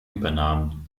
übernahm